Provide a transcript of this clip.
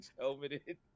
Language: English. helmeted